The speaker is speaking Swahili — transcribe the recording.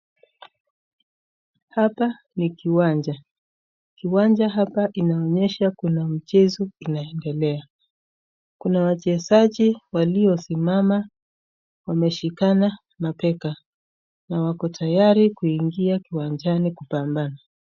Hapa ni kiwanja. Kiwanja hapa inaonyesha kuna mchezo inaendelea. Kuna wachezaji waliosimama wameshikana mabega ,na wako tayari kuingia kiwanjani kubambana.